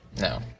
No